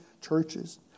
churches